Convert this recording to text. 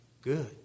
good